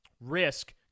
risk